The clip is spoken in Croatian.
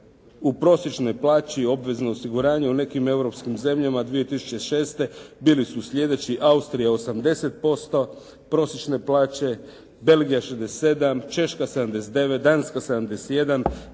u prosječnoj plaći obveznom osiguranju u nekim europskim zemljama 2006. bili su sljedeći: Austrija 80% prosječne plaće, Belgija 67, Češka 79, Danska 71,